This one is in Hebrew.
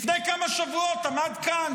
לפני כמה שבועות עמד כאן,